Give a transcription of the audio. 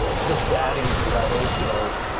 just adding to that also,